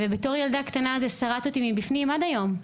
כילדה קטנה זה שרט אותי מבפנים, וזה קורה עד היום.